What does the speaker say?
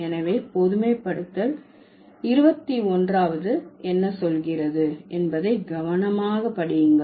எனவே பொதுமைப்படுத்தல் 21வது என்ன சொல்கிறது என்பதை கவனமாக படியுங்கள்